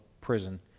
prison